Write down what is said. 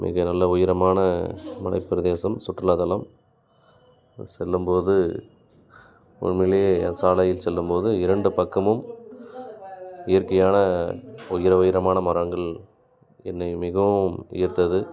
மிக நல்ல உயரமான மலைப் பிரதேசம் சுற்றுலாத் தலம் செல்லும் போது உண்மையிலேயே அந்தச் சாலையில் செல்லும் போது இரண்டு பக்கமும் இயற்கையான உயர உயரமான மரங்கள் என்னை மிகவும் ஈர்த்தது